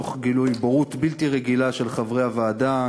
תוך גילוי בורות בלתי רגילה של חברי הוועדה,